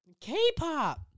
K-pop